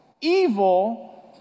evil